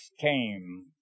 came